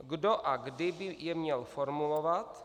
Kdo a kdy by je měl formulovat?